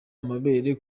amabere